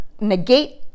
negate